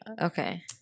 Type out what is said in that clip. Okay